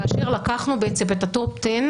לקחנו את הטופ-טן,